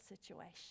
situation